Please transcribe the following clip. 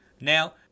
now